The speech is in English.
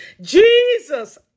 Jesus